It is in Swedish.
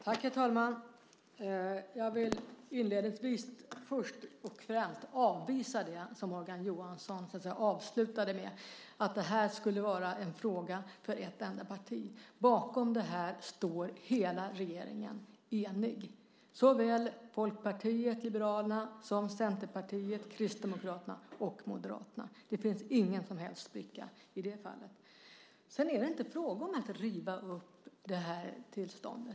Herr talman! Jag vill inledningsvis först och främst avvisa det som Morgan Johansson avslutade med, nämligen att detta skulle var en fråga för ett enda parti. Bakom detta står hela regeringen enig, Folkpartiet liberalerna, Centerpartiet, Kristdemokraterna och Moderaterna. Det finns ingen som helst spricka i det fallet. Sedan är det inte fråga om att riva upp detta tillstånd.